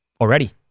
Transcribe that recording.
already